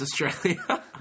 Australia